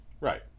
right